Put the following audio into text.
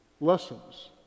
lessons